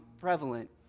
prevalent